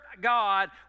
God